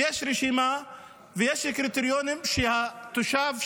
ויש רשימה ויש קריטריונים שתושב,